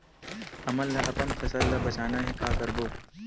हमन ला अपन फसल ला बचाना हे का करबो?